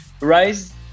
Rise